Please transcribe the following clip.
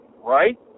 right